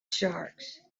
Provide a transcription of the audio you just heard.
sharks